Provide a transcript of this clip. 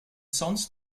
sonst